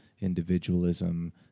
individualism